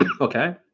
okay